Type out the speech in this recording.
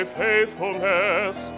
faithfulness